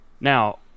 Now